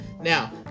Now